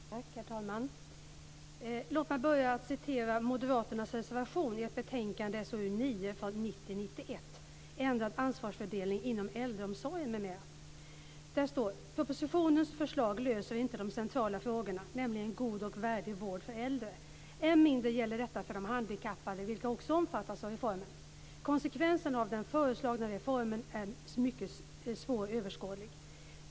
Herr talman! Låt mig börja med att citera ur moderaternas reservation i betänkande SoU9 från 1990/91, Ändrad ansvarsfördelning inom äldreomsorgen m.m. Där står: "Propositionens förslag löser inte de centrala frågorna, nämligen en god och värdig vård för äldre. Än mindre gäller detta för de handikappade, vilka också omfattas av reformen." Konsekvensen av den föreslagna reformen är mycket svåröverskådlig.